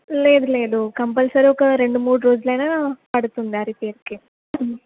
లేదు లేదు కంపల్సరీ ఒక రెండు మూడు రోజులైనా పడుతుంది ఆ రిపేరుకి